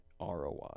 ROI